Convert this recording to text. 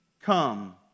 come